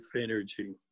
energy